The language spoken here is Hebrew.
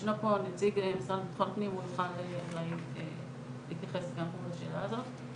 ישנו פה נציג המשרד לביטחון פנים הוא יכול להתייחס גם לשאלה הזאת.